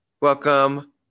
Welcome